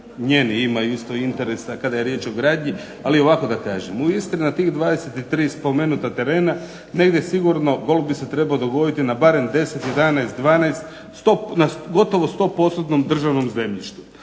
njeni imaju isto interese kada je riječ o gradnji. Ali ovako da kažem, u Istri na tih 23 spomenuta terena negdje sigurno golf bi se trebao dogoditi na barem 10, 11, 12, na gotovo sto postotnom državnom zemljištu.